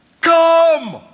Come